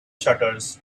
shutters